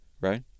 right